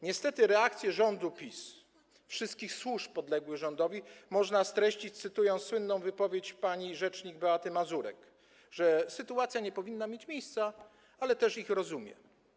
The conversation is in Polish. Niestety reakcję rządu PiS i wszystkich służb podległych rządowi można streścić, cytując słynną wypowiedź pani rzecznik Beaty Mazurek, że sytuacja nie powinna mieć miejsca, ale też ich rozumie.